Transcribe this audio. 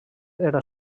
era